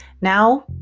now